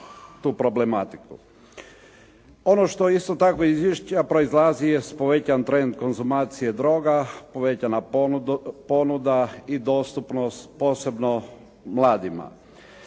Ono što isto iz izvješća proizlazi jest povećan trend konzumacije droga, povećana ponuda i dostupnost posebno mladima.